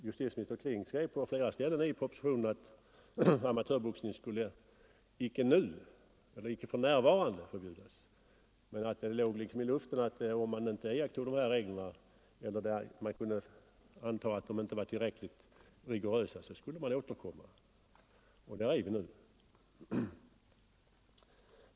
Justitieminister Kling skrev på flera ställen i propositionen att amatörboxningen icke skulle förbjudas för närvarande, men det låg liksom i luften att om reglerna inte iakttogs eller om det kunde antagas att de inte var tillräckligt rigorösa, skulle man återkomma.